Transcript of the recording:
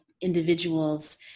individuals